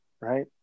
right